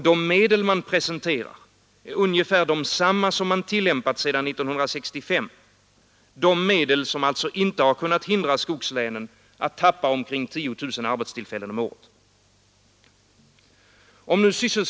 De medel man presenterar är ungefär desamma som man tillämpat sedan 1965, de medel som alltså inte har kunnat hindra skogslänen att tappa omkring 10 000 arbetstillfällen om året.